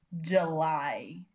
July